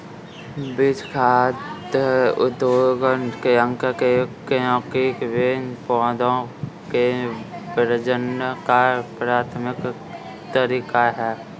बीज खाद्य उद्योग के अंग है, क्योंकि वे पौधों के प्रजनन का प्राथमिक तरीका है